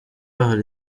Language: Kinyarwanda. hari